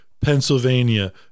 Pennsylvania